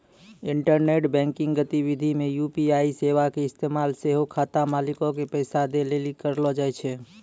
internet banking गतिविधि मे UPI सेबा के इस्तेमाल सेहो खाता मालिको के पैसा दै लेली करलो जाय छै